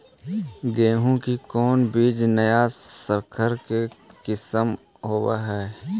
गेहू की कोन बीज नया सकर के किस्म होब हय?